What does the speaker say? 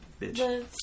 Bitch